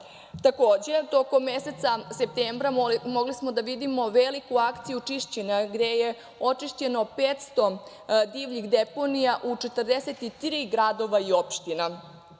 tokom meseca septembra mogli smo da vidimo veliku akciju čišćenja, gde je očišćeno 500 divljih deponija u 43 grada i opština.